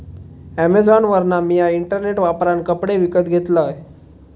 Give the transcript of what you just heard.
अॅमेझॉनवरना मिया इंटरनेट वापरान कपडे विकत घेतलंय